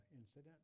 incident